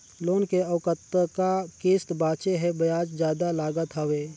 Loan के अउ कतका किस्त बांचें हे? ब्याज जादा लागत हवय,